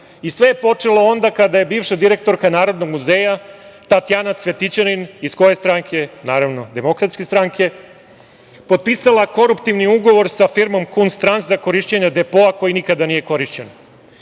Sve je počelo onda kada je bivša direktorka Narodnog muzeja, Tatjana Cvjetićanin, iz koje stranke, naravno iz DS-a, potpisala koruptivni ugovor sa firmom „Kuns Trans“ za korišćenje depoa koji nikada nije korišćen. Ugovor